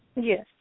Yes